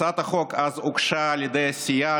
הצעת החוק אז הוגשה על ידי הסיעה,